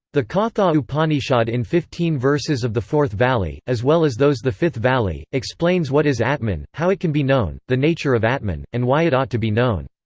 the katha upanishad in fifteen verses of the fourth valli, as well as those the fifth valli, explains what is atman, how it can be known, the nature of atman, and why it ought to be known.